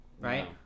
right